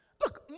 Look